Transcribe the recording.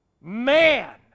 Man